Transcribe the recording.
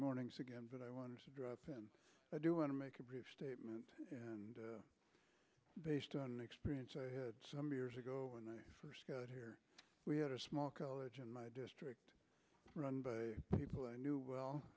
morning so again but i want to drop and i do want to make a brief statement and based on experience some years ago when i first got here we had a small college in my district run by people i knew well